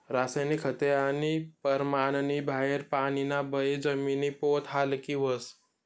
रासायनिक खते आणि परमाननी बाहेर पानीना बये जमिनी पोत हालकी व्हस